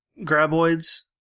graboids